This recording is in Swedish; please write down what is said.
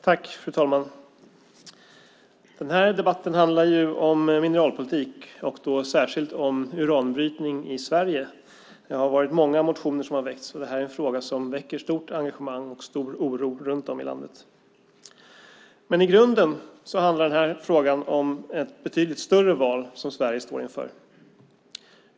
Fru talman! Den här debatten handlar om mineralpolitik, och särskilt om uranbrytning i Sverige. Det har väckts många motioner. Det här är en fråga som väcker stort engagemang och stor oro runt om i landet. I grunden handlar den här frågan om ett betydligt större val som Sverige står inför.